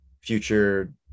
future